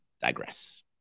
digress